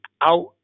out-